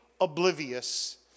oblivious